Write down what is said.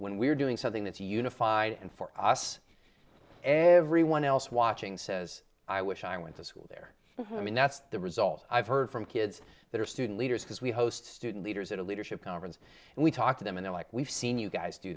when we're doing something that's unified and for us everyone else watching says i wish i went to school there i mean that's the result i've heard from kids that are student leaders because we host student leaders at a leadership conference and we talk to them and i like we've seen you guys do